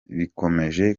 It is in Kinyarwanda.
bikomeje